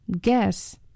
Guess